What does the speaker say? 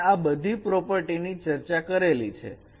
આપણે આ બધી જ પ્રોપર્ટી ની ચર્ચા કરેલી છે